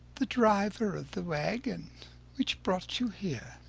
the driver of the wagon which brought you here.